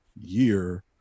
year